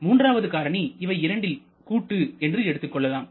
மூன்றாவது காரணி இவை இரண்டில் கூட்டு என்று எடுத்துக்கொள்ளலாம்